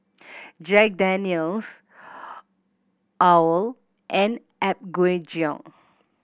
Jack Daniel's owl and Apgujeong